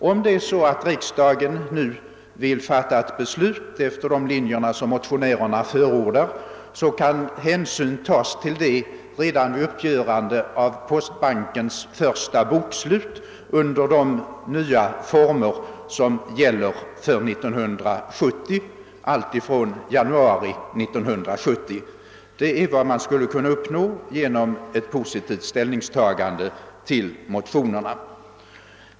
Om riksdagen nu vill fatta ett beslut efter de linjer som motionärerna förordat, kan hänsyn tas till detta redan vid uppgörandet av postbankens första bokslut under de nya former som gäller ifrån januari 1970. Detta är vad man skulle kunna uppnå genom ett positivt ställningstagande till motionerna.